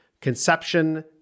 conception